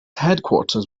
headquarters